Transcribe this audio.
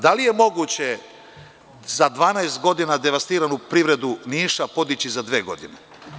Da li je moguće 12 godina devastiranu privredu Niša podići za dve godine?